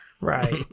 Right